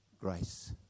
grace